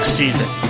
season